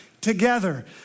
together